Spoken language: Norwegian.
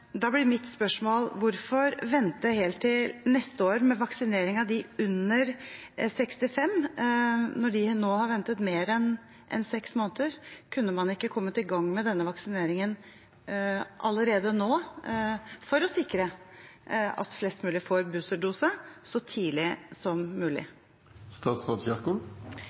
Da blir mitt spørsmål: Hvorfor vente helt til neste år med vaksinering av dem under 65 når de nå har ventet mer enn seks måneder? Kunne man ikke ha kommet i gang med denne vaksineringen allerede nå for å sikre at flest mulig får boosterdose så tidlig som